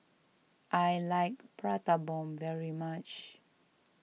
I like Prata Bomb very much